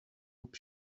lub